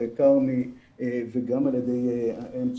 כרמי וגם על ידי האם צפנת.